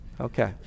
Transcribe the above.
Okay